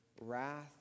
wrath